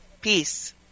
Peace